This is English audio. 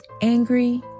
angry